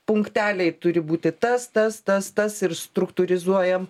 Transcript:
punkteliai turi būti tas tas tas tas ir struktūrizuojam